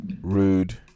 Rude